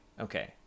okay